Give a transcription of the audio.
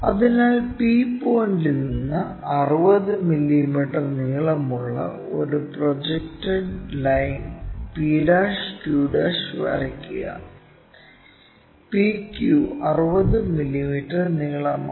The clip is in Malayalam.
അതിനാൽ p പോയിന്റിൽ നിന്ന് 60 മില്ലീമീറ്റർ നീളമുള്ള ഒരു പ്രൊജക്റ്റ് ലൈൻ p'q' വരയ്ക്കുക PQ 60 മില്ലീമീറ്റർ നീളമാണ്